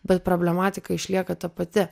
bet problematika išlieka ta pati